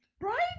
Right